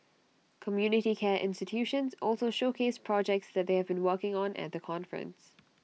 community care institutions also showcased projects that they have been working on at the conference